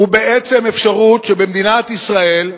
הוא בעצם אפשרות שבמדינת ישראל,